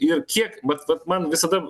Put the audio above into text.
ir kiek mat vat man visada